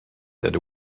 that